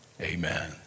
Amen